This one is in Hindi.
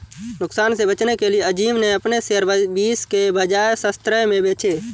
नुकसान से बचने के लिए अज़ीम ने अपने शेयर बीस के बजाए सत्रह में बेचे